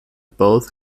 both